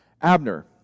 Abner